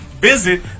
Visit